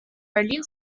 berlin